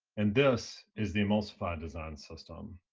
and this is the emulsify design system.